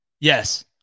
Yes